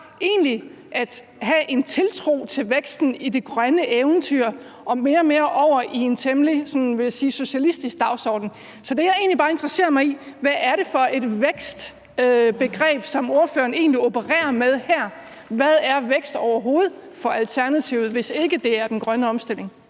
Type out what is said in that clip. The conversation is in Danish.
at have en tiltro til væksten i det grønne eventyr og mere og mere over i en temmelig, vil jeg sige, socialistisk dagsorden. Så det, jeg egentlig bare er interesseret i, er, hvad det er for et vækstbegreb, ordføreren opererer med her. Hvad er vækst overhovedet for Alternativet, hvis ikke det er den grønne omstilling?